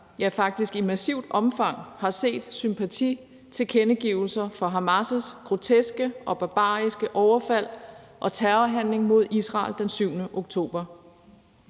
ja, faktisk i massivt omfang, har set sympatitilkendegivelser for Hamas' groteske og barbariske overfald og terrorhandling mod Israel den 7. oktober.